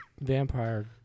vampire